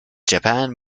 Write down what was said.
japan